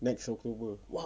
next october